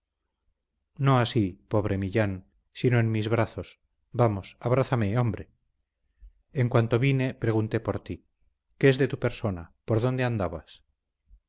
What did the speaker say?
no así pobre millán sino en mis brazos vamos abrázame hombre en cuanto vine pregunté por ti qué es de tu persona por dónde andabas